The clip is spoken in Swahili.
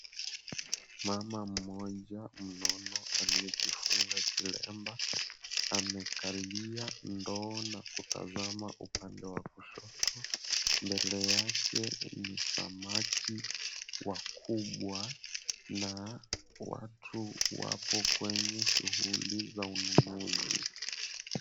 Mama mmoja mnono aliyejifunga kilemba, amekalia ndoo na kutazama upande wa kushoto. Mbele yake ni samaki wakubwa, na watu wapo kwenye shughuli za ununuzi.